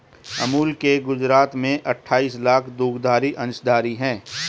अमूल के गुजरात में अठाईस लाख दुग्धधारी अंशधारी है